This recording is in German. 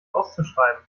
auszuschreiben